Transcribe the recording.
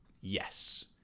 yes